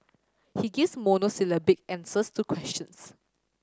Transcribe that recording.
he gives monosyllabic answers to questions